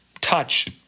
touch